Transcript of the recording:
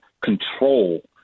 control